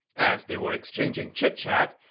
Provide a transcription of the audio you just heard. as they were exchanging chit chat,